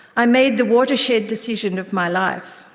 i made the watershed decision of my life